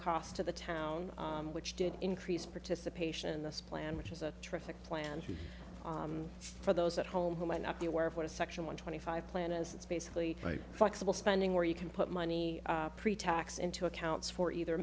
cost to the town which did increase participation in this plan which is a terrific plan for those at home who might not be aware of what a section one twenty five plan is it's basically flexible spending where you can put money pretax into accounts for either